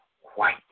white